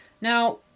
Now